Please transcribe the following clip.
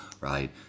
right